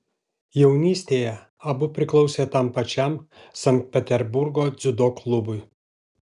jaunystėje abu priklausė tam pačiam sankt peterburgo dziudo klubui